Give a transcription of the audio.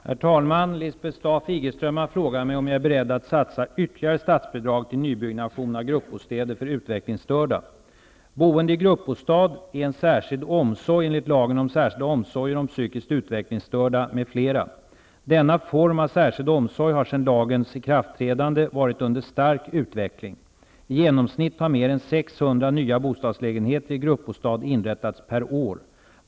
Herr talman! Lisbeth Staaf-Igelström har frågat mig om jag är beredd att satsa ytterligare statsbidrag för nybyggnation av gruppbostäder för utvecklingsstörda. Boende i gruppbostad är en särskild omsorg enligt lagen om särskilda omsorger om psykiskt utvecklingsstörda m.fl. Denna form av särskild omsorg har sedan lagens ikraftträdande varit under stark utveckling. I genomsnitt har mer än 600 nya bostadslägenheter i gruppbostad inrättats per år.